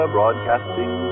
Broadcasting